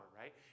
right